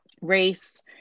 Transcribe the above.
race